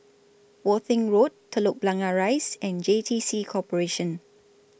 Worthing Road Telok Blangah Rise and J T C Corporation